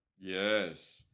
Yes